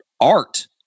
art